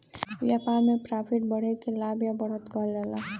व्यापार में प्रॉफिट बढ़े के लाभ या बढ़त कहल जाला